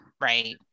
right